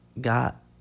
got